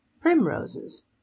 Primroses